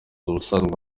ubusanzwe